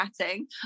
chatting